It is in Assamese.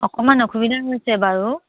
অকমান অসুবিধা হৈছে বাৰু